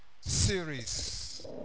series